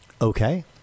Okay